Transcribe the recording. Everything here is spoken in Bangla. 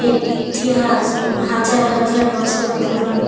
এর ইতিহাস হাজার হাজার বছর পুরানো